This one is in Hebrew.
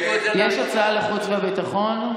יש הצעה לחוץ וביטחון?